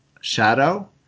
shadow